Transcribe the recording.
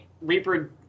Reaper